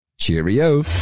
cheerio